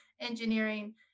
engineering